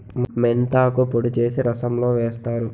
మెంతాకు పొడి చేసి రసంలో వేస్తారు